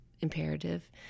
imperative